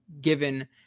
given